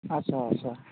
आदसा आदसा